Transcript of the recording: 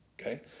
okay